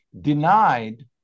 denied